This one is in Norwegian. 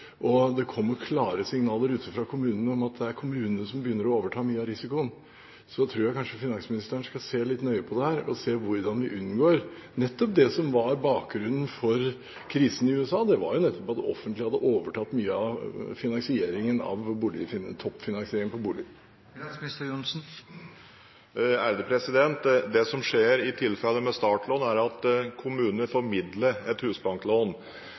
og det kommer klare signaler fra kommunene om at det er kommunene som begynner å overta mye av risikoen. Jeg tror kanskje finansministeren bør se litt nøye på hvordan vi unngår dette. Det som var bakgrunnen for krisen i USA, var nettopp at det offentlige hadde overtatt mye av toppfinansieringen av boliger. Det som skjer med startlån, er at kommunene formidler et husbanklån.